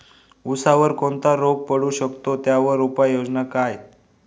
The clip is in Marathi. ऊसावर कोणता रोग पडू शकतो, त्यावर उपाययोजना काय?